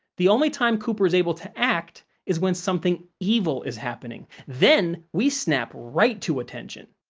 the only time cooper is able to act is when something evil is happening. then, we snap right to attention!